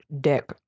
dick